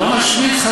לא משמיץ,